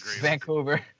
Vancouver